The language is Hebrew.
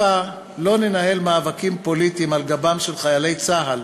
הבה לא ננהל מאבקים פוליטיים על גבם של חיילי צה"ל,